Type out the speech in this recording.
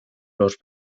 los